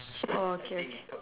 oh okay okay